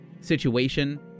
situation